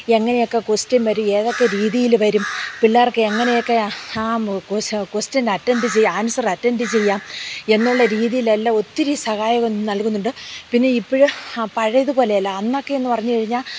എങ്ങനെയൊക്കെ ക്വസ്റ്റ്യൻ വരും ഏതൊക്കെ രീതിയിൽ വരും പിള്ളേർക്ക് എങ്ങനെയൊക്കെ ആ ക്സ്റ്റൻ അറ്റൻഡ ചെയ്യാം ആൻസർ അറ്റൻഡ ചെയ്യാം എന്നുള്ള രീതിയിലെല്ലാം ഒത്തിരി സഹായം നൽകുന്നുണ്ട് പിന്നെ ഇപ്പോൾ ആ പഴയതു പോലെയല്ല അന്നൊക്കെ എന്നു പറഞ്ഞു കഴിഞ്ഞാൽ